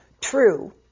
true